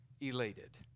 elated